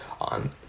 on